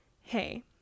hey